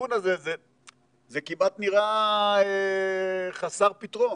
הכיוון הזה זה כמעט נראה חסר פתרון.